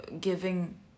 giving